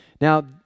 Now